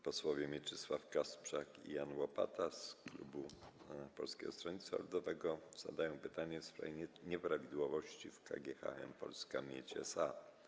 Posłowie Mieczysław Kasprzak i Jan Łopata z klubu Polskiego Stronnictwa Ludowego zadają pytania w sprawie nieprawidłowości w KGHM Polska Miedź SA.